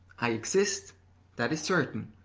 i exist that is certain.